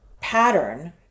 pattern